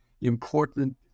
important